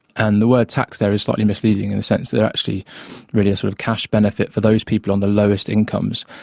and the word tax there is slightly misleading in the sense that they are actually really a sort of cash benefit for those people on the lowest incomes.